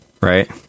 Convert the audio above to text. right